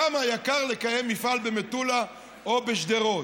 כמה יקר לקיים מפעל במטולה או בשדרות,